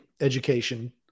education